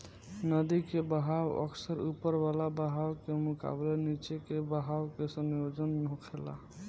नदी के बहाव अक्सर ऊपर वाला बहाव के मुकाबले नीचे के बहाव के संयोजन होखेला